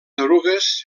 erugues